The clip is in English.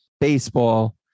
baseball